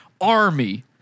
Army